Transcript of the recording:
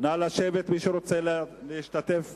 מי שרוצה להשתתף,